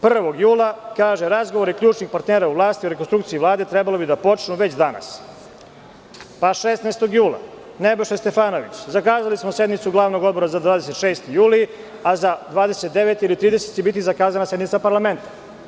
Prvog jula kaže – razgovori ključnih partnera u vlasti o rekonstrukciji Vlade trebalo bi da počnu već danas, zatim 16. jula Nebojša Stefanović – zakazali smo sednicu glavnog odbora za 6. juli, a za 29. ili 30. će biti zakazana sednica Parlamenta.